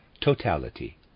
totality